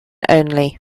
only